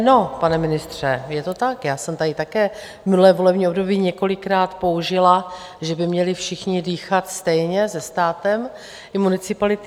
No, pane ministře, je to tak, já jsem tady také minulé volební období několikrát použila, že by měli všichni dýchat stejně se státem, ty municipality.